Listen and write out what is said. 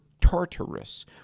tartarus